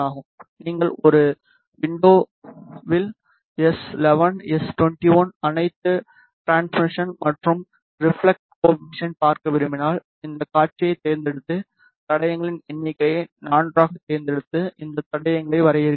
நீங்கள் ஒரு விண்டோவ்வில் எஸ் 11 எஸ் 21 அனைத்து டிரான்ஸ்மிஷன் மற்றும் ரெபிளெக்ட் கோஏபிசிஎன்ட்டையும் பார்க்க விரும்பினால் இந்த காட்சியைத் தேர்ந்தெடுத்து தடயங்களின் எண்ணிக்கையை 4 ஆகத் தேர்ந்தெடுத்து இந்த தடயங்களை வரையறுக்கிறீர்கள்